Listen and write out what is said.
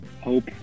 Hope